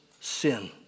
sin